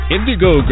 Indigo